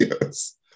yes